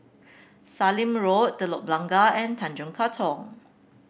Sallim Road Telok Blangah and Tanjong Katong